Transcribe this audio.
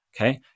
Okay